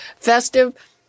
festive